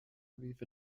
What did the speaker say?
with